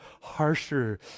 harsher